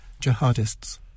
jihadists